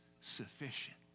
sufficient